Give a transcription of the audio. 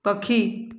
ପକ୍ଷୀ